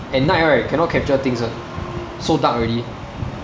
at night right cannot capture things [one] so dark already